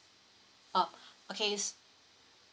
oh okay